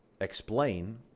explain